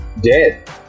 dead